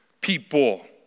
people